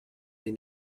they